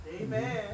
Amen